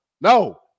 no